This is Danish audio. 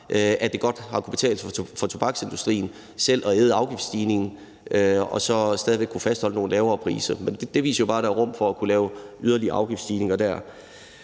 at det har kunnet betale sig for tobaksindustrien selv at æde afgiftsstigningerne og så stadig væk fastholde nogle lave priser. Men det viser jo bare, at der er rum til at kunne lave nogle yderligere afgiftsstigninger.